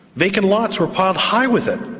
vacant lots were piled high with it.